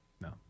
No